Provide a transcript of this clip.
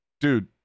Dude